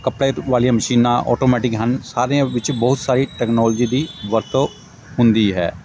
ਕੱਪੜੇ ਵਾਲੀਆਂ ਮਸ਼ੀਨਾਂ ਔਟੋਮੈਟਿਕ ਹਨ ਸਾਰੀਆਂ ਵਿੱਚ ਬਹੁਤ ਸਾਰੀ ਟੈਕਨੋਲੋਜੀ ਦੀ ਵਰਤੋਂ ਹੁੰਦੀ ਹੈ